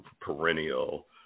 perennial